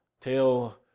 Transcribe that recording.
tell